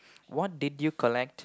what did you collect